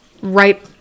right